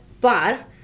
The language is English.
bar